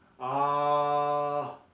uh